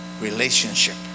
Relationship